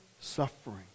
suffering